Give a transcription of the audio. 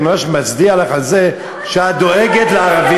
אני ממש מצדיע לך על זה שאת דואגת לערבים,